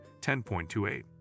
10.28